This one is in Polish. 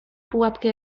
pułapkę